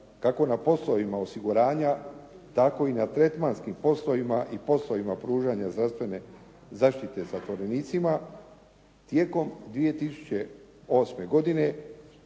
kako na poslovima osiguranja, tako i na tretmanskim poslovima i poslovima pružanja zdravstvene zaštite zatvorenicima, tijekom 2008. godine